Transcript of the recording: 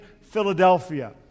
Philadelphia